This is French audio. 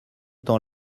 temps